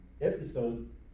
episode